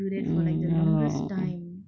mm no